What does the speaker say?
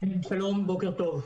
בוקר טוב.